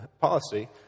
policy